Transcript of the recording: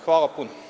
Hvala.